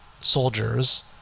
soldiers